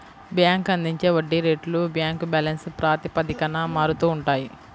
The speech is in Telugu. బ్యాంక్ అందించే వడ్డీ రేట్లు బ్యాంక్ బ్యాలెన్స్ ప్రాతిపదికన మారుతూ ఉంటాయి